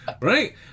right